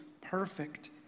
perfect